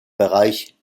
bereich